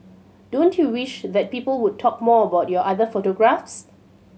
don't you wish that people would talk more about your other photographs